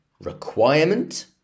requirement